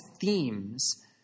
themes